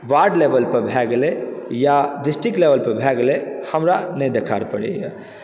ward लेवलपर भए गेलैए डिस्ट्रिक्ट लेवलपर भए गेलै हमरा नहि देखार पड़ैए